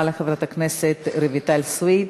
תודה רבה לחברת הכנסת רויטל סויד.